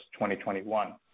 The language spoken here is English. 2021